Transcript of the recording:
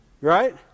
Right